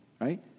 right